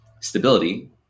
stability